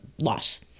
loss